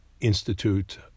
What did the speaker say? Institute